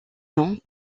noms